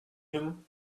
him